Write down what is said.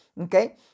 Okay